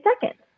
seconds